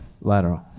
Lateral